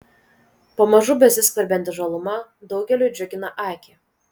pamažu besiskverbianti žaluma daugeliui džiugina akį